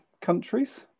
countries